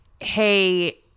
hey